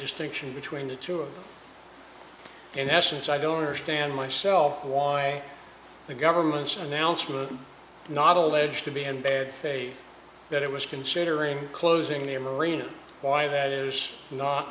distinction between the two in essence i don't understand myself why the government's announcement not alleged to be in bad faith that it was considering closing the marina why that is not